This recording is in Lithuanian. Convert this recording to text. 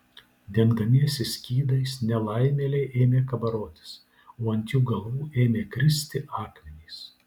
dengdamiesi skydais nelaimėliai ėmė kabarotis o ant jų galvų ėmė kristi akmenys